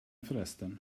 förresten